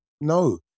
No